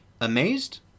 Amazed